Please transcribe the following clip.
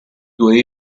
due